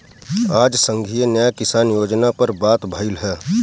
आज संघीय न्याय किसान योजना पर बात भईल ह